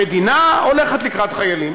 המדינה הולכת לקראת חיילים,